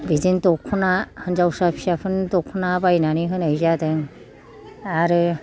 बिदिनो दख'ना हिनजावसा फिसाफोरनो दख'ना बायनानै होनाय जादों आरो